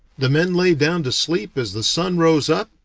the men lay down to sleep as the sun rose up,